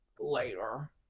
later